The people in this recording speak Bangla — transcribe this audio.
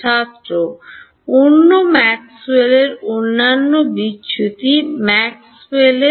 ছাত্র অন্য ম্যাক্সওয়েলের Maxwell'sঅন্যান্য বিচ্যুতি ম্যাক্সওয়েলের